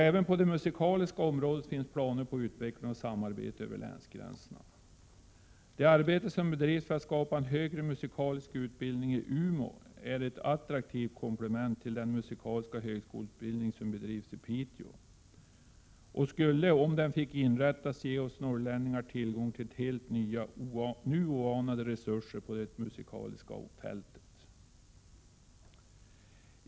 Även på det musikaliska området finns det planer på utveckling och samarbete över länsgränserna. Det arbete som bedrivs för en högre musikalisk utbildning i Umeå skulle kunna skapa ett attraktivt komplement till den musikaliska högskoleutbildning som bedrivs i Piteå. Ett förverkligande skulle ge oss norrlänningar tillgång till helt nya och nu oanade resurser på det musikaliska fältet.